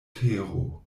tero